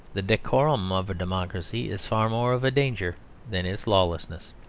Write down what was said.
the decorum of a democracy is far more of a danger than its lawlessness.